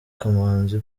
kamanzi